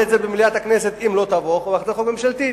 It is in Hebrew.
את זה במליאת הכנסת אם לא תבוא הצעת חוק ממשלתית.